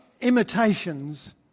imitations